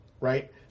right